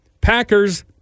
Packers